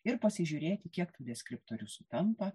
ir pasižiūrėti kiek tų deskriptorius sutampa